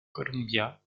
columbia